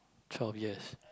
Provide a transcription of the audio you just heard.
twelve years